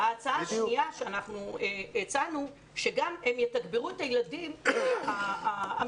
ההצעה השנייה שהצענו אומרת שהם יתגברו את הילדים המתקשים,